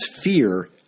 fear